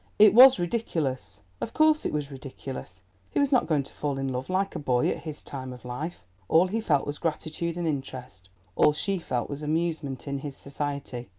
it was ridiculous of course it was ridiculous he was not going to fall in love like a boy at his time of life all he felt was gratitude and interest all she felt was amusement in his society.